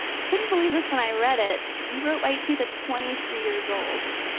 couldn't believe this when i read it. you wrote white teeth at twenty three years old,